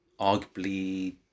arguably